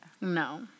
No